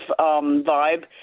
vibe